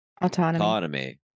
autonomy